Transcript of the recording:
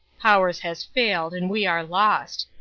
powers has failed and we are lost.